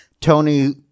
Tony